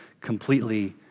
completely